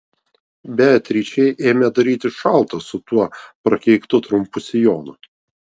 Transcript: beatričei ėmė darytis šalta su tuo prakeiktu trumpu sijonu